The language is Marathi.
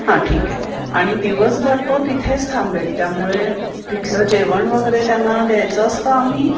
हां ठीक आहे आणि दिवसभर तो तिथेच थांबेल त्यामुळे तिथलं जेवण वगैरे त्यांना द्यायचं असतं आम्ही